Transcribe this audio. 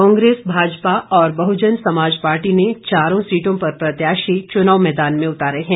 कांग्रेस भाजपा और बहुजन समाज पार्टी ने चारों सीटों पर प्रत्याशी चुनाव मैदान में उतारे हैं